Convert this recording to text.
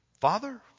Father